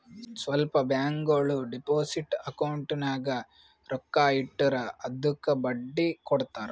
ಸ್ವಲ್ಪ ಬ್ಯಾಂಕ್ಗೋಳು deposit account ನಾಗ್ ರೊಕ್ಕಾ ಇಟ್ಟುರ್ ಅದ್ದುಕ ಬಡ್ಡಿ ಹಾಕಿ ಕೊಡ್ತಾರ್